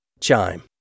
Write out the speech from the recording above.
Chime